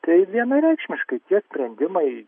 tai vienareikšmiškai tie sprendimai